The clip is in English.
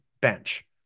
bench